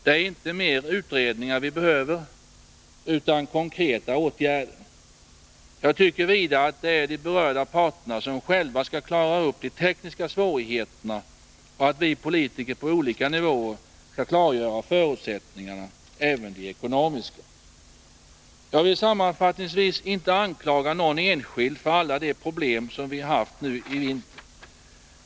Det är inte mer utredningar vi behöver nu utan konkreta åtgärder. Jag tycker vidare att det är de berörda parterna som själva skall klara upp de tekniska svårigheterna och att vi politiker på olika nivåer skall klargöra förutsättningarna, även de ekonomiska. Sammanfattningsvis vill jag inte anklaga någon enskild för alla de problem som vi haft nu i vinter.